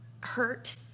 hurt